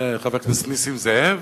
חבר הכנסת נסים זאב,